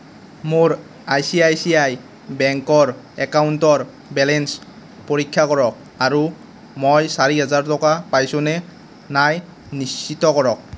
মোৰ আইচিআইচিআই বেংকৰ একাউণ্টৰ বেলেঞ্চ পৰীক্ষা কৰক আৰু মই চাৰি হাজাৰ টকা পাইছোঁ নে নাই নিশ্চিত কৰক